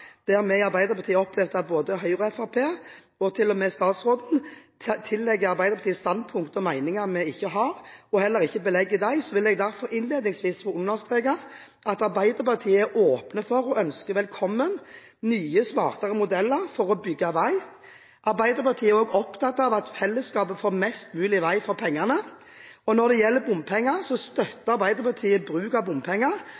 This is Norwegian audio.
der vi i Arbeiderpartiet opplevde at både Høyre, Fremskrittspartiet og til og med statsråden tillegger Arbeiderpartiet standpunkter og meninger vi ikke har, og heller ikke belegger dem, vil jeg derfor innledningsvis understreke: Arbeiderpartiet er åpen for og ønsker velkommen nye og smartere modeller for å bygge vei. Arbeiderpartiet er også opptatt av at fellesskapet får mest mulig vei for pengene. Når det gjelder bompenger,